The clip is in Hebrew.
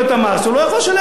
הוא לא יכול לשלם על הבירה.